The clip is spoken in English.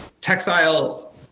textile